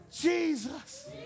Jesus